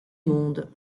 monde